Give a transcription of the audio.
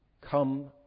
Come